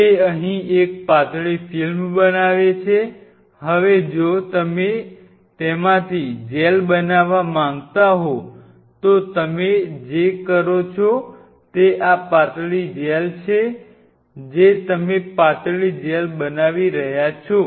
તે અહીં એક પાતળી ફિલ્મ બનાવે છે હવે જો તમે તેમાંથી જેલ બનાવવા માંગતા હો તો તમે જે કરો છો તે આ પાતળી જેલ છે જે તમે પાતળી જેલ બનાવી રહ્યા છો